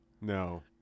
No